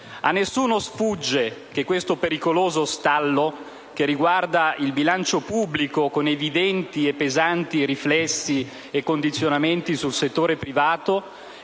A nessuno sfugge che questo pericoloso stallo, che riguarda il bilancio pubblico con evidenti e pesanti riflessi e condizionamenti sul settore privato,